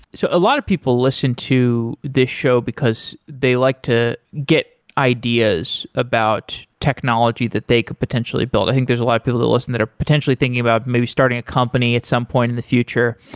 so a lot of people listen to this show because they like to get ideas about technology that they could potentially build. i think there's a lot of people that listen that are potentially thinking about maybe starting a company at some point in the future,